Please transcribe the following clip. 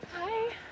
Hi